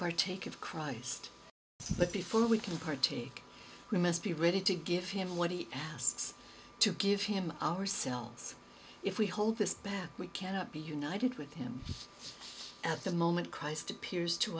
partake of christ but before we can partake we must be ready to give him what he to give him ourselves if we hold this we cannot be united with him at the moment christ appears to